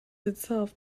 itself